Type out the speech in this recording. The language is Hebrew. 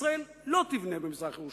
ישראל לא תבנה במזרח-ירושלים.